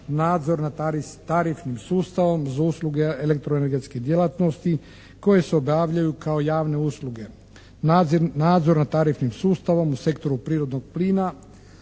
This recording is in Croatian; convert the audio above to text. nadzor nad tarifnim sustavom za usluge elektroenergetske djelatnosti koje se obavljaju kao javne usluge. Nadzor nad tarifnim sustavom u sektoru prirodnog plina